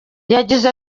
yagize